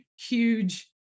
huge